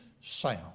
sound